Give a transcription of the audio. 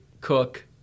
Cook